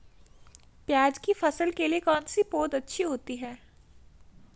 प्याज़ की फसल के लिए कौनसी पौद अच्छी होती है?